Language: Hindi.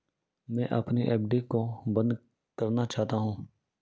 मैं अपनी एफ.डी को बंद करना चाहता हूँ